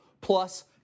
plus